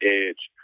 edge